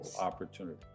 opportunity